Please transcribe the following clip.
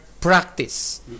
practice